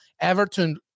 everton